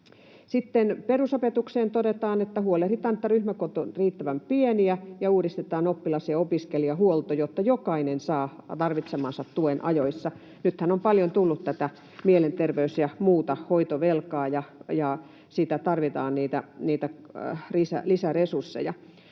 perusopetukseen todetaan, että huolehditaan, että ryhmäkoot ovat riittävän pieniä, ja uudistetaan oppilas‑ ja opiskelijahuolto, jotta jokainen saa tarvitsemansa tuen ajoissa. Nythän on paljon tullut tätä mielenterveys‑ ja muuta hoitovelkaa, ja siinä tarvitaan lisäresursseja.